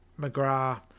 McGrath